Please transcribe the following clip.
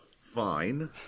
Fine